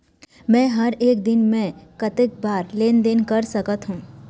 मे हर एक दिन मे कतक बार लेन देन कर सकत हों?